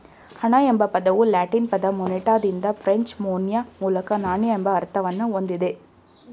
ಹಣ ಎಂಬ ಪದವು ಲ್ಯಾಟಿನ್ ಪದ ಮೊನೆಟಾದಿಂದ ಫ್ರೆಂಚ್ ಮೊನ್ಯೆ ಮೂಲಕ ನಾಣ್ಯ ಎಂಬ ಅರ್ಥವನ್ನ ಹೊಂದಿದೆ